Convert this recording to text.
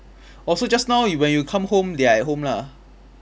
orh so just now you when you come home they are at home lah